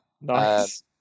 Nice